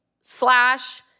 slash